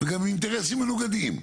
וגם עם אינטרסים מנוגדים.